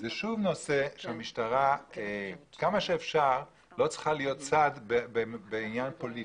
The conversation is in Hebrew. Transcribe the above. זה שוב נושא שהמשטרה עד כמה שאפשר לא צריכה להיות צד בעניין פוליטי.